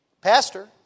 Pastor